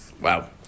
Wow